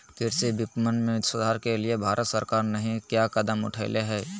कृषि विपणन में सुधार के लिए भारत सरकार नहीं क्या कदम उठैले हैय?